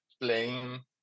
playing